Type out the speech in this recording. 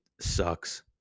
sucks